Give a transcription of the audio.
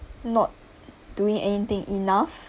not doing anything enough